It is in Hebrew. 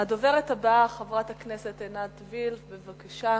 הדוברת הבאה, חברת הכנסת עינת וילף, בבקשה.